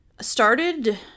started